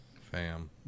Fam